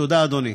תודה, אדוני.